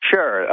Sure